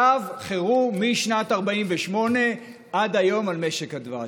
צו חירום משנת 1948 עד היום על משק הדבש.